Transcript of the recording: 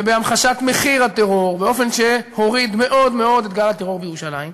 ובהמחשת מחיר הטרור באופן שהוריד מאוד מאוד את גל הטרור בירושלים.